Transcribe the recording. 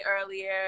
earlier